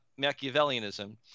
Machiavellianism